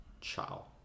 Ciao